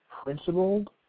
Principled